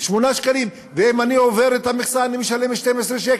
8 שקלים, ואם אני עובר את המכסה אני משלם 12 שקל?